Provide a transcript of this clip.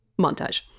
montage